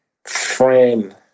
friend